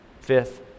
fifth